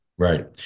Right